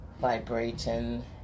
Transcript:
vibrating